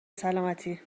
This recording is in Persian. سالمتی